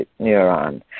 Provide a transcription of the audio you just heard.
neuron